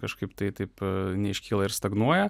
kažkaip tai taip neiškyla ir stagnuoja